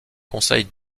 conseil